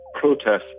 protests